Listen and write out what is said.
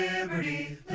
Liberty